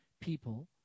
people